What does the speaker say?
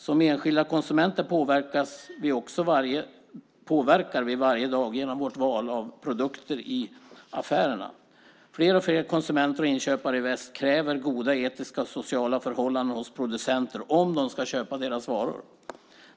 Som enskilda konsumenter påverkar vi också varje dag genom vårt val av produkter i affärerna. Fler och fler konsumenter och inköpare i väst kräver goda etiska och sociala förhållanden hos producenterna om de ska köpa deras varor.